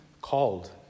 called